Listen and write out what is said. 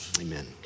Amen